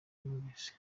knowless